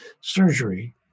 surgery